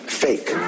fake